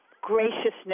graciousness